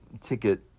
ticket